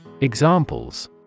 Examples